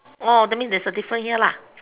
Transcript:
orh that mean there's a difference here lah